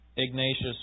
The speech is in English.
Ignatius